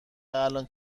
الان